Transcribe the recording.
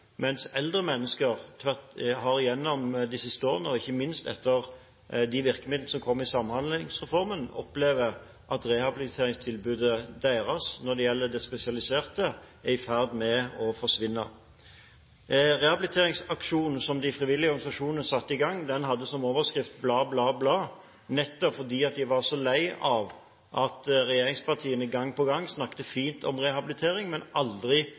mens eldre mennesker gjennom de siste årene – ikke minst gjennom de virkemidlene som kom i Samhandlingsreformen – opplever at rehabiliteringstilbudet deres når det gjelder det spesialiserte, er i ferd med å forsvinne. Rehabiliteringsaksjonen som de frivillige organisasjonene satte i gang, hadde som overskrift: «… bla, bla, bla …», nettopp fordi de var så lei av at regjeringspartiene gang på gang snakket fint om rehabilitering, men aldri